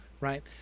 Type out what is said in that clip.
right